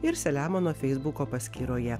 ir selemono feisbuko paskyroje